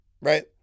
right